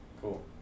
Cool